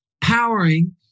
powering